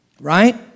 Right